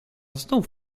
znów